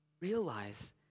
realize